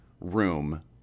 room